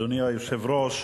אדוני היושב-ראש,